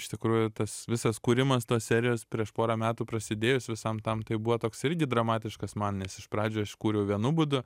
iš tikrųjų tas visas kūrimas tos serijos prieš porą metų prasidėjus visam tam tai buvo toks irgi dramatiškas man nes iš pradžių aš kūriau vienu būdu